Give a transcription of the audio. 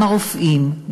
גם הרופאים,